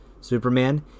Superman